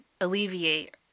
alleviate